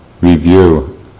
review